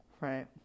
Right